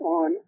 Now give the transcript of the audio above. on